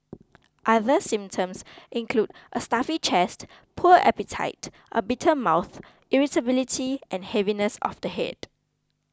other symptoms include a stuffy chest poor appetite a bitter mouth irritability and heaviness of the head